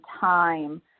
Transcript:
time